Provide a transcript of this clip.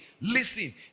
Listen